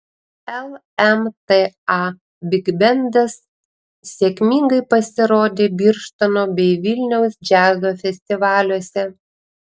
lmta bigbendas sėkmingai pasirodė birštono bei vilniaus džiazo festivaliuose